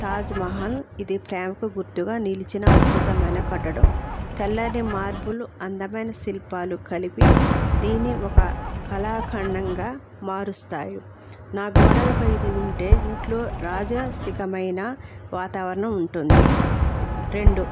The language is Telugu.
తాజ్మహల్ ఇది ప్రేమకు గుర్తుగా నిలిచిన అద్భుతమైన కట్టడం తెల్లని మార్బలు అందమైన శిల్పాలు కలిపి దీన్ని ఒక కళాఖండంగా మారుస్తాయి నా గోడలపై ఇది ఉంటే ఇంట్లో రాజసికమైన వాతావరణం ఉంటుంది రెండు